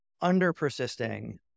under-persisting